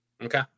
Okay